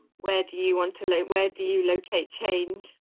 where do you want to live? where do you locate change?